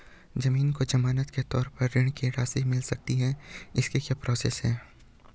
ज़मीन को ज़मानत के तौर पर ऋण की राशि मिल सकती है इसकी क्या प्रोसेस है?